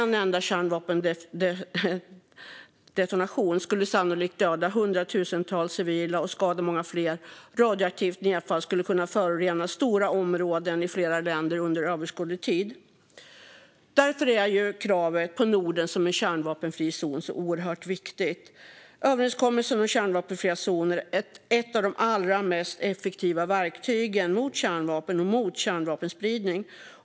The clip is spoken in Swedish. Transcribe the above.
En enda kärnvapendetonation skulle sannolikt döda hundratusentals civila och skada många fler, och radioaktivt nedfall skulle kunna förorena stora områden i flera länder under överskådlig tid. Därför är kravet på Norden som en kärnvapenfri zon så oerhört viktigt. Överenskommelsen om kärnvapenfria zoner är ett av de allra mest effektiva verktygen mot kärnvapen och mot kärnvapenspridning.